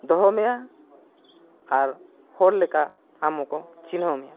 ᱫᱚᱦᱚ ᱢᱮᱭᱟ ᱟᱨ ᱦᱚᱲ ᱞᱮᱠᱟ ᱟᱢ ᱠᱚ ᱪᱤᱱᱦᱟᱹᱣ ᱢᱮᱭᱟ